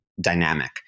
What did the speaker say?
dynamic